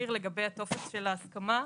לגבי הטופס של ההסכמה,